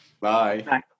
Bye